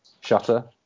shutter